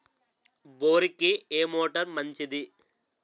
బోరుకి ఏ మోటారు మంచిది?